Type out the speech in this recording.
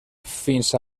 fins